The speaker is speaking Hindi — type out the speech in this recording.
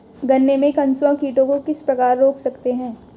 गन्ने में कंसुआ कीटों को किस प्रकार रोक सकते हैं?